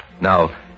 Now